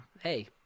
hey